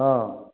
हँ